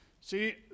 See